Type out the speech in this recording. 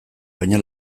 baina